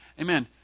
Amen